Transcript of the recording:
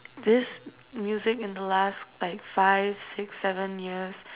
this music in the last like five six seven years